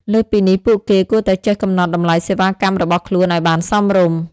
លើសពីនេះ ពួកគេគួរតែចេះកំណត់តម្លៃសេវាកម្មរបស់ខ្លួនឱ្យបានសមរម្យ។